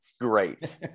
Great